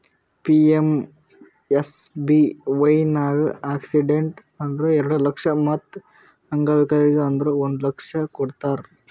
PMSBY ನಾಗ್ accident ಆದುರ್ ಎರಡು ಲಕ್ಷ ಮತ್ ಅಂಗವಿಕಲ ಆದುರ್ ಒಂದ್ ಲಕ್ಷ ಕೊಡ್ತಾರ್